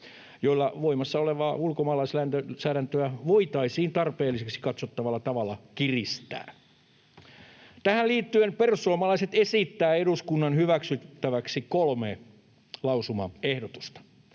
joilla voimassa olevaa ulkomaalaislainsäädäntöä voitaisiin tarpeelliseksi katsottavalla tavalla kiristää. Tähän liittyen perussuomalaiset esittävät eduskunnan hyväksyttäväksi kolme lausumaehdotusta.